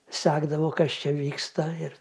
sekdavo kas čia vyksta ir